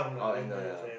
up and down yeah